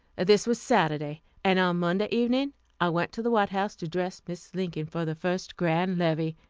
this was saturday, and on monday evening i went to the white house to dress mrs. lincoln for the first grand levee.